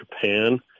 japan